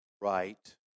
right